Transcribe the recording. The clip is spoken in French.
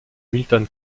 milton